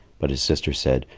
but his sister said,